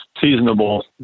seasonable